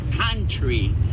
country